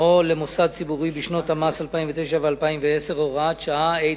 או למוסד ציבורי בשנות המס 2009 ו-2010) (הוראת שעה),